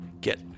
get